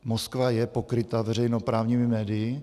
Moskva je pokryta veřejnoprávními médii.